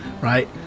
right